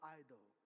idol